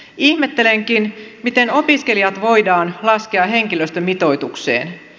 ihmettelenkin miten opiskelijat voidaan laskea henkilöstömitoitukseen